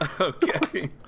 Okay